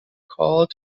called